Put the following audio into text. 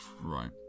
Right